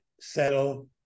settle